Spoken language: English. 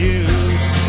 use